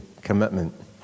commitment